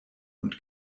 und